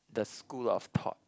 the school of thought